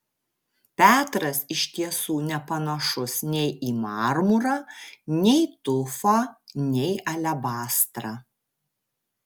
petras iš tiesų nepanašus nei į marmurą nei tufą nei alebastrą